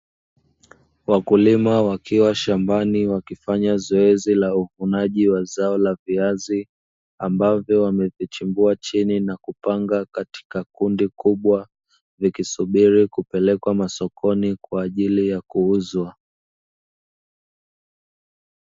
Wakulima wakiwa shambani wakifanya zoezi la uvunaji wa zao la viazi, ambavyo wamevichimbua chini na kupanga katika kundi kubwa likisubiri kupelekwa masokoni kwa ajili ya kuuzwa.